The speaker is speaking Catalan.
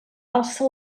alça